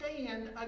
stand